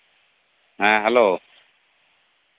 ᱦᱮᱸ ᱦᱮᱞᱳ